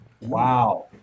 Wow